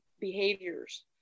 behaviors